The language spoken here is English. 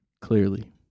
Clearly